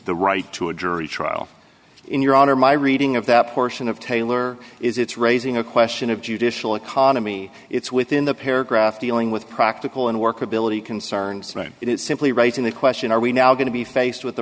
the right to a jury trial in your honor my reading of that portion of taylor is it's raising a question of judicial economy it's within the paragraph dealing with practical and workability concerns and it simply raising the question are we now going to be faced with the